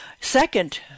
Second